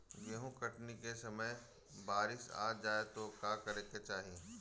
गेहुँ कटनी के समय बारीस आ जाए तो का करे के चाही?